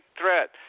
threat